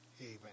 Amen